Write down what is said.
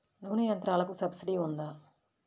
నూనె యంత్రాలకు సబ్సిడీ ఉందా?